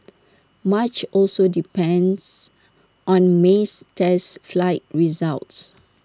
much also depends on May's test flight results